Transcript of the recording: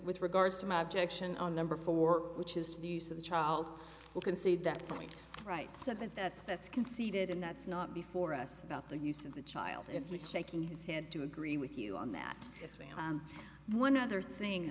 with regards to my objection on number four which is the use of the child will concede that point right said that that's that's conceded and that's not before us about the use of the child it's me shaking his head to agree with you on that one other thing